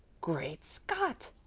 great scott!